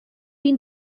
been